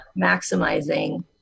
maximizing